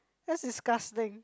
that's disgusting